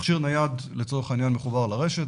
מכשיר נייד לצורך העניין מחובר לרשת,